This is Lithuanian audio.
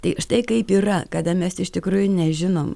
tai štai kaip yra kada mes iš tikrųjų nežinom